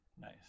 Nice